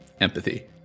empathy